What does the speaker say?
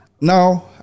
Now